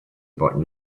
about